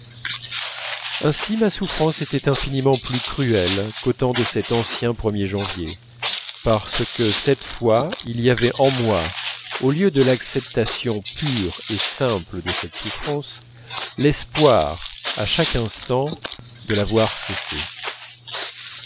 ainsi ma souffrance était infiniment plus cruelle qu'au temps de cet ancien er janvier parce que cette fois il y avait en moi au lieu de l'acceptation pure et simple de cette souffrance l'espoir à chaque instant de la voir cesser